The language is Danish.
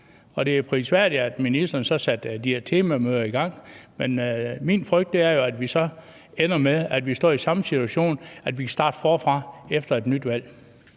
Det er prisværdigt, at ministeren satte de her temamøder i gang, men min frygt er jo, at vi så ender med at stå i samme situation, nemlig at vi kan starte forfra efter et nyt valg.